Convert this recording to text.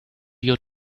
your